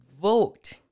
vote